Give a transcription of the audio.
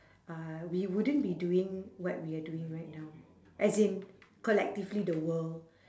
uh we wouldn't be doing what we are doing right now as in collectively the world